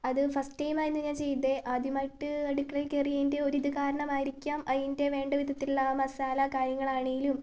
അതു ഫസ്റ്റ് ടൈമായിയിരുന്നു ഞാൻ ചെയ്തത് ആദ്യമായിട്ട് അടുക്കളയിൽ കയറിയതിൻ്റെ ഒരിത് കാരണമായിരിക്കാം അതിൻ്റെ വേണ്ട വിധത്തിലുള്ള മസാല കാര്യങ്ങളാണെങ്കിലും